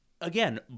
Again